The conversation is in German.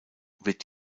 wird